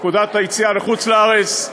פקודת היציאה לחוץ-לארץ,